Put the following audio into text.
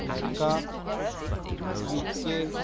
America UK